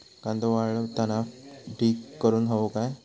कांदो वाळवताना ढीग करून हवो काय?